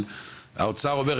האוצר אומר,